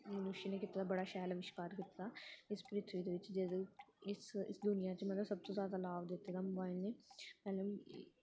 मनुष्य ने कीते दा बड़ा शैल अविष्कार कीते दा इस पृथ्वी दे बिच्च जेह्डा इस इस दुनियां ते बिच्च मतलब सब तूं जादा लाभ दित्ते दा मोबाइल ने